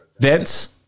Vince